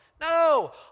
No